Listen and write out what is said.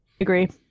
agree